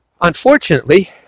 unfortunately